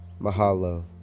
Mahalo